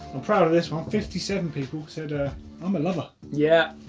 i'm proud of this one. fifty seven people said ah i'm a lover. yep,